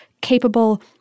capable